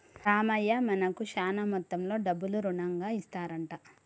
రామయ్య మనకు శాన మొత్తంలో డబ్బులు రుణంగా ఇస్తారంట